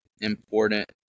important